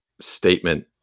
statement